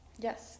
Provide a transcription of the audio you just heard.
Yes